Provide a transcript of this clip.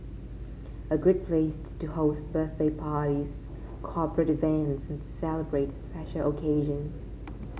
a great place to host birthday parties corporate events and celebrate special occasions